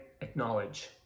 acknowledge